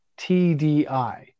tdi